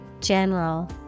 general